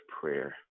prayer